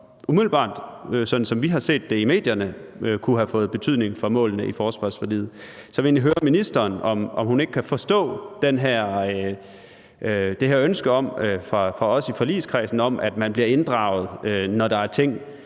umiddelbart, sådan som vi har set det i medierne, kunne have fået betydning for målene i forsvarsforliget. Så jeg vil egentlig høre ministeren, om hun ikke kan forstå det her ønske fra os i forligskredsen om, at man bliver inddraget, når der er ting,